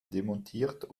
demontiert